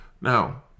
Now